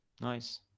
nice